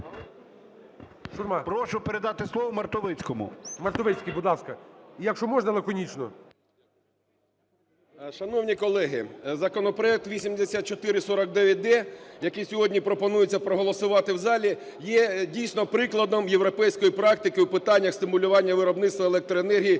Прошу передати слово Мартовицькому. ГОЛОВУЮЧИЙ. Мартовицький, будь ласка. І якщо можна, лаконічно. 18:05:55 МАРТОВИЦЬКИЙ А.В. Шановні колеги, законопроект 8449-д, який сьогодні пропонується проголосувати в залі, є, дійсно, прикладом європейської практики у питаннях стимулювання виробництва електроенергії